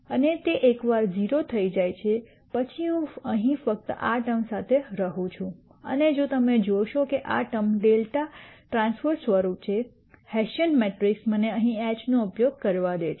અને એકવાર તે 0 થઈ જાય છે પછી હું અહીં ફક્ત આ ટર્મ સાથે રહું છું અને જો તમે જોશો કે આ ટર્મ δT સ્વરૂપ છે હેસીયન મેટ્રિક્સ મને અહીં H નો ઉપયોગ કરવા દે છે